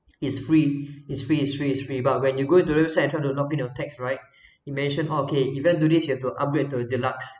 it's free it's free it's free it's free but when you go to the central to knock in your tax right he mention okay if you want to do this you have to upgrade to a deluxe